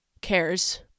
cares